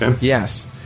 Yes